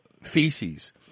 feces